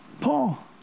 Paul